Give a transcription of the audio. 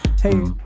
Hey